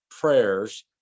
prayers